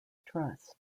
trust